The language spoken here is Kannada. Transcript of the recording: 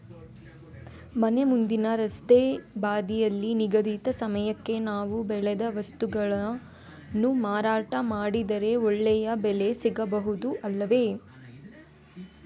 ಮನೆ ಮುಂದಿನ ರಸ್ತೆ ಬದಿಯಲ್ಲಿ ನಿಗದಿತ ಸಮಯಕ್ಕೆ ನಾವು ಬೆಳೆದ ವಸ್ತುಗಳನ್ನು ಮಾರಾಟ ಮಾಡಿದರೆ ಒಳ್ಳೆಯ ಬೆಲೆ ಸಿಗಬಹುದು ಅಲ್ಲವೇ?